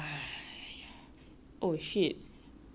I wear my swimming costume later my tattoo can see